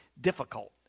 difficult